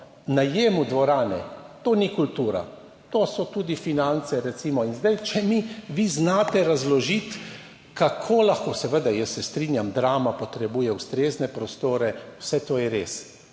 najemu dvorane. To ni kultura, to so tudi finance recimo. In zdaj, če mi vi znate razložiti, kako lahko seveda - jaz se strinjam, Drama potrebuje ustrezne prostore, vse to je res